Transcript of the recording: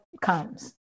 comes